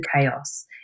chaos